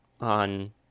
on